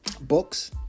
books